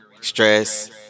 stress